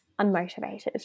unmotivated